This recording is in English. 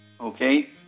Okay